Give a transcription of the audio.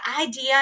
idea